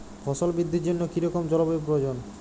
ফসল বৃদ্ধির জন্য কী রকম জলবায়ু প্রয়োজন?